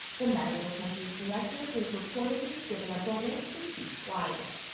the medical centers director was reportedly given a bonus to keep quiet.